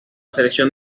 selección